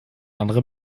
andere